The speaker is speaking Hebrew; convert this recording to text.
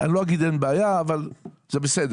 אני לא אגיד אין בעיה, אבל זה בסדר.